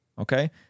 Okay